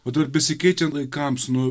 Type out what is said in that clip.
o dabar besikeičiant laikams nu